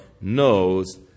knows